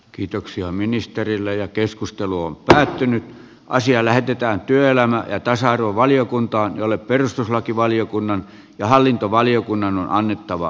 kiitoksia ministereillä ja keskustelu on päättynyt ja asia lähetetään työelämä ja tasa arvovaliokuntaan jolle perustuslakivaliokunnan ja erittäin hyvin sitoutuneita